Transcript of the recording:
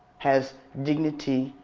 has dignity,